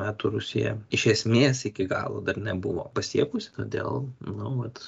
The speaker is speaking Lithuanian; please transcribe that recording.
metų rusija iš esmės iki galo dar nebuvo pasiekusi todėl nu vat